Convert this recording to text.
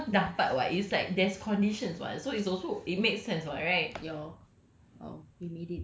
and it's not like semua dapat [what] it's like there's conditions [what] so it's also it makes sense [what] right